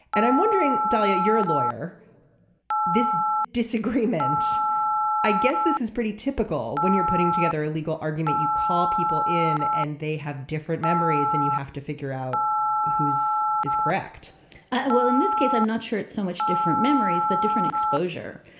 and i'm wondering dalia you're a lawyer this disagreement i guess this is pretty typical when you're putting together a legal argument you call people in and they have different memories and you have to figure out is is correct well in this case i'm not sure it's so much different memories but different exposure.